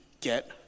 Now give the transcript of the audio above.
get